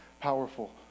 powerful